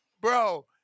Bro